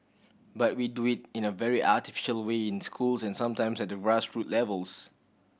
but we do it in a very artificial way in schools and sometimes at the grass root levels